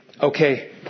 okay